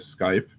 Skype